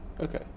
Okay